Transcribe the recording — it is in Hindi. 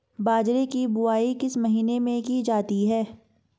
बाजरे की बुवाई किस महीने में की जाती है?